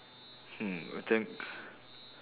hmm I think